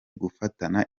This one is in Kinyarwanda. gufatana